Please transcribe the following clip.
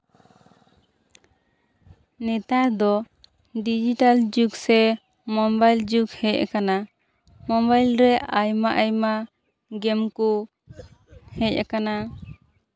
ᱱᱮᱛᱟᱨ ᱫᱚ ᱰᱤᱡᱤᱴᱟᱞ ᱡᱩᱜᱽ ᱥᱮ ᱢᱳᱵᱟᱭᱤᱞ ᱡᱩᱜᱽ ᱦᱮᱡ ᱟᱠᱟᱱᱟ ᱢᱳᱵᱟᱭᱤᱞ ᱨᱮ ᱟᱭᱢᱟᱼᱟᱭᱢᱟ ᱜᱮ ᱢ ᱠᱚ ᱦᱮᱡ ᱟᱠᱟᱱᱟ